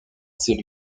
ces